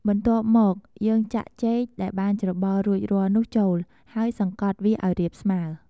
បន្ទាប់មកយើងចាក់ចេកដែលបានច្របល់រួចរាល់នោះចូល ហើយសង្កត់វាឱ្យរាបស្មើ។